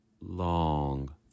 long